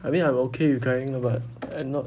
I mean I'm okay with kai heng ah but I'm not